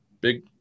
big